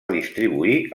distribuir